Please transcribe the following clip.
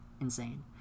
insane